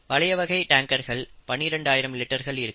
பழைய வகை டேங்கர்கள் 12 ஆயிரம் லிட்டர்கள் இருக்கும்